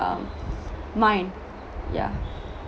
um mind yeah